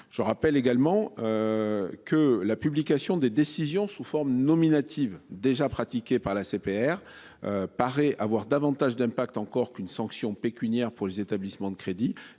Je rappelle également. Que la publication des décisions sous forme nominative déjà pratiqué par l'ACPR. Paraît avoir davantage d'impact encore qu'une sanction pécuniaire pour les établissements de crédit